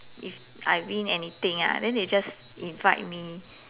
if I win anything ah then they just invite me